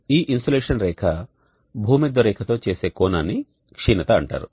ఈ ఇన్సోలేషన్ రేఖ భూమధ్యరేఖ తో చేసే కోణాన్ని క్షీణత అంటారు